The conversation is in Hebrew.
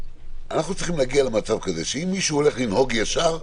ואנחנו צריכים להגיע למצב כזה שאם מישהו הולך לנהוג ישר,